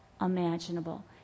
imaginable